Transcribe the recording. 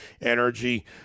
energy